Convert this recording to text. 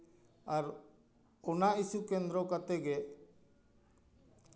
ᱟᱨ ᱚᱱᱟ ᱤᱥᱩ ᱠᱮᱱᱫᱽᱨᱚ ᱠᱟᱛᱮᱜᱮ